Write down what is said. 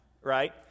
right